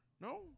No